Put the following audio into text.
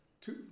Two